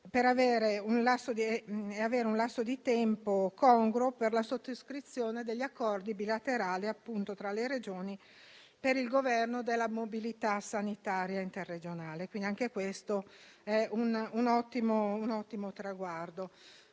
e avere un lasso di tempo congruo per la sottoscrizione degli accordi bilaterali tra le Regioni per il governo della mobilità sanitaria interregionale. Anche questo è un ottimo traguardo.